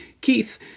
Keith